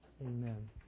Amen